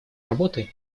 работы